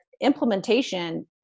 implementation